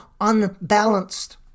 unbalanced